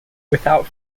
without